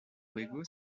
juego